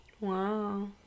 Wow